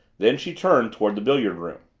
then she turned toward the billiard room.